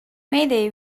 mayday